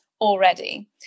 already